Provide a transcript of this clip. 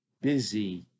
busy